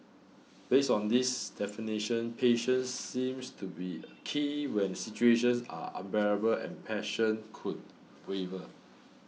based on these definitions patience seems to be a key when situations are unbearable and passion could waver